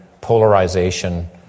polarization